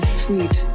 sweet